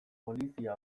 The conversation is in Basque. polizia